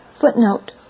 Footnote